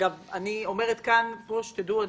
רק שתדעו,